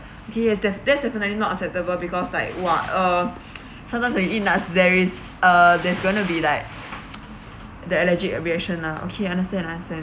okay has that that's definitely not acceptable because like !wah! uh sometimes when you eat nuts there is uh there's gonna be like the allergic reaction lah okay understand understand